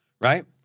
right